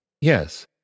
Yes